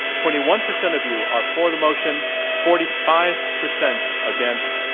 twenty one percent of you are for the motion, forty five percent against,